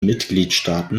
mitgliedstaaten